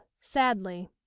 sadly